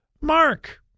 Mark